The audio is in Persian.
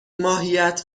ماهیت